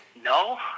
No